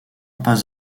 pas